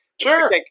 Sure